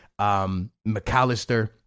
McAllister